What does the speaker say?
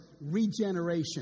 regeneration